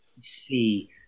see